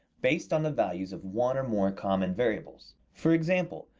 based on the values of one or more common variables. for example,